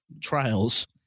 trials